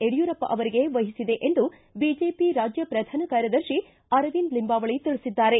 ಯಡ್ಕೂರಪ್ಪ ಅವರಿಗೆ ವಹಿಸಿದೆ ಎಂದು ಬಿಜೆಪಿ ರಾಜ್ಯ ಪ್ರಧಾನ ಕಾರ್ಯದರ್ಶಿ ಅರವಿಂದ ಲಿಂಬಾವಳಿ ತಿಳಿಸಿದ್ದಾರೆ